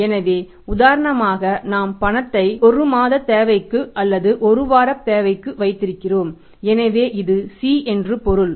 எனவே உதாரணமாக நாம் பணத்தை 1 மாதத் தேவைகளுக்கு அல்லது 1 வாரத் தேவைகளுக்கு வைத்திருக்கிறோம் எனவே இது C என்று என்று பொருள்